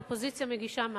האופוזיציה מגישה משהו,